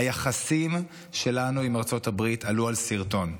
היחסים שלנו עם ארצות הברית עלו על שרטון,